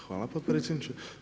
Hvala potpredsjedniče.